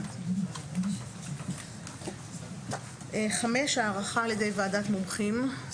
סעיף 5, הערכה על ידי ועדת מומחים.